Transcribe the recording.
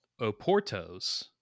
Oporto's